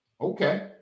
Okay